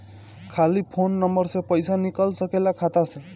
खाली phone number से पईसा निकल सकेला खाता से?